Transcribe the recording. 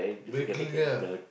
baking ah